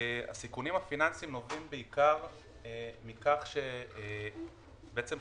הסיכונים הפיננסיים נובעים בעיקר מכך שחברת